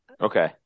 okay